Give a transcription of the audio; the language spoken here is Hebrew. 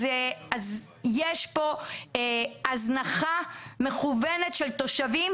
אז יש פה הזנחה מכוונת של תושבים,